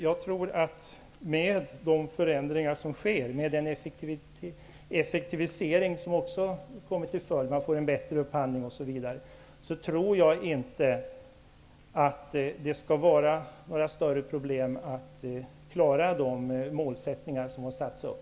Jag tror att man med de förändringar som sker och med den effektivisering som blir följden, bl.a. att man får en bättre upphandling, tror jag inte att det skall vara några större problem att klara de målsättningar som har satts upp.